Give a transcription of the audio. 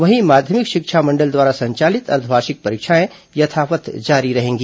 वहीं माध्यमिक शिक्षा मंडल द्वारा संचालित अर्द्धवार्षिक परीक्षाएं यथावत् जारी रहेंगी